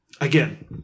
Again